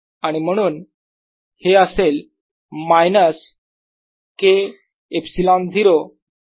आणि म्हणून हे असेल minus K ε0 grad of V r